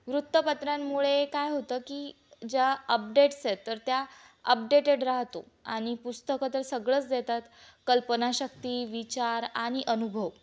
वृत्तपत्रांमुळे काय होतं की ज्या अपडेट्स आहेत तर त्या अपडेटेड राहतो आणि पुस्तकं तर सगळंच देतात कल्पनाशक्ती विचार आणि अनुभव